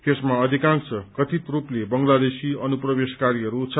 यसमा अविकांश कथित स्लपले बंगलादेशी अनुप्रवेशकारीहरू छन्